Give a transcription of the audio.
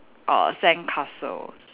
a sandcastle